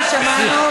חבר הכנסת חזן, שמענו.